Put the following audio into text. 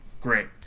Great